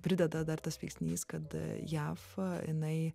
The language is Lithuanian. prideda dar tas veiksnys kad jav jinai